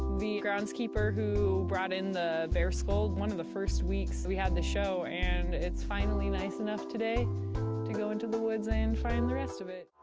the groundskeeper who brought in the bear skull one of the first weeks we had the show and it's finally nice enough today to go into the woods and find the rest of it.